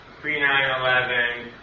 pre-9-11